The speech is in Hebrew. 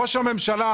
ראש הממשלה,